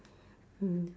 mm